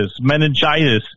meningitis